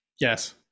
yes